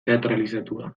teatralizatua